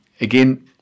again